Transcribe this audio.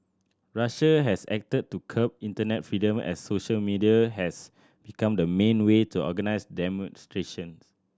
Russia has acted to curb internet freedom as social media has become the main way to organise demonstrations